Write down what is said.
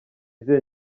izihe